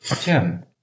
Jim